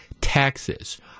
taxes